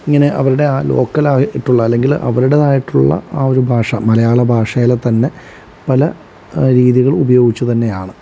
ഇങ്ങനെ അവരുടെ ആ ലോക്കലായിട്ടുള്ള അല്ലെങ്കിൽ അവരുടെതായിട്ടുള്ള ആ ഒരു ഭാഷ മലയാള ഭാഷേല് തന്നെ പല രീതികൾ ഉപയോഗിച്ച് തന്നെയാണ്